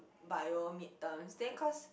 bio midterms then cause